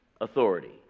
authority